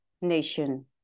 nation